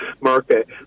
market